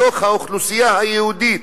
בתוך האוכלוסייה היהודית,